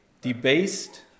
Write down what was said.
Debased